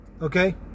okay